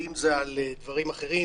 אם זה על דברים אחרים,